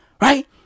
right